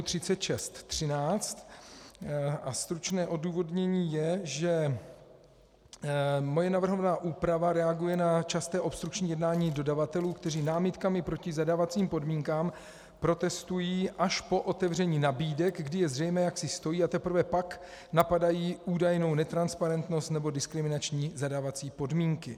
Stručné odůvodnění je, že moje navrhovaná úprava reaguje na časté obstrukční jednání dodavatelů, kteří námitkami proti zadávacím podmínkám protestují až po otevření nabídek, kdy je zřejmé, jak si stojí, a teprve pak napadají údajnou netransparentnost nebo diskriminační zadávací podmínky.